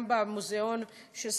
גם במוזיאון של שרה,